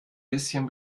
bisschen